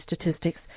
statistics